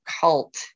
cult